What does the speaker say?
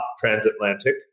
transatlantic